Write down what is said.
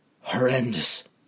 horrendous